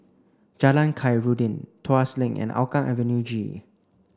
Jalan Khairuddin Tuas Link and Hougang Avenue G